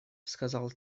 сказал